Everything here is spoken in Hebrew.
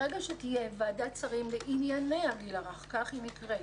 ברגע שתהיה ועדת שרים לענייני הגיל הרך כך היא נקראת,